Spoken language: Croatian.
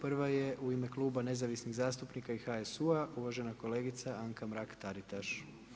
Prva je u ime Kluba nezavisnih zastupnika i HSU-a uvažena kolegica Anka Mrak-Taritaš.